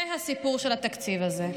זה הסיפור של התקציב הזה.